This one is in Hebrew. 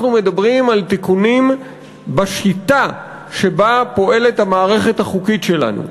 אנחנו מדברים על תיקונים בשיטה שבה פועלת המערכת החוקית שלנו.